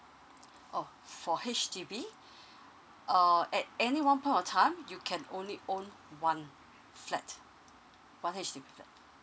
oh for H_D_B err at any one point of time you can only own one flat one H_D_B